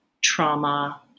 trauma